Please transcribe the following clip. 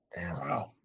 Wow